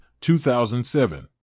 2007